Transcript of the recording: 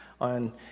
on